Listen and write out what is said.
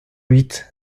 huit